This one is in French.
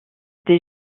des